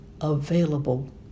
available